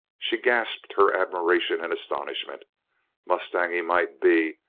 she gasped her admiration and astonishment mustang he might be,